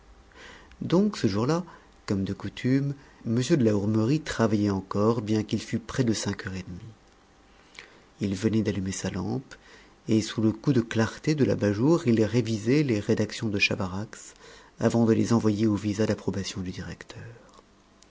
donc ce jour-là comme de coutume m de la hourmerie travaillait encore bien qu'il fût près de cinq heures et demie il venait d'allumer sa lampe et sous le coup de clarté de l'abat-jour il revisait les rédactions de chavarax avant de les envoyer au visa d'approbation du directeur